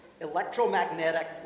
electromagnetic